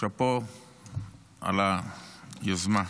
שאפו על היוזמה.